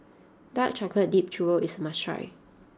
Dark Chocolate Dipped Churro is a must try